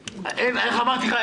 איך אמרתי לך?